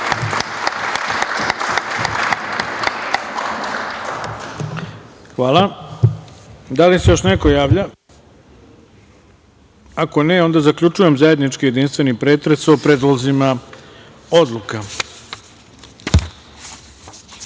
Hvala. Da li se još neko javlja? Ako ne, zaključujem zajednički jedinstveni pretres o predlozima odluka. Saglasno